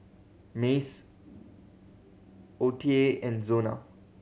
Mace O T A and Zona